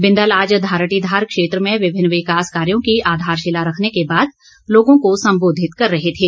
बिंदल आज धारटीधार क्षेत्र में विभिन्न विकास कार्यो की आधारशिला रखने के बाद लोगों को सम्बोधित कर रहे थे